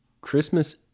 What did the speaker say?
Christmas